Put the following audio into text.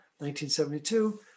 1972